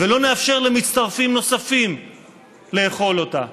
ולא נאפשר למצטרפים נוספים לאכול אותה,